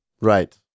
Right